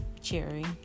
cherry